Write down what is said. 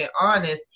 honest